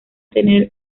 tener